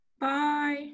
Bye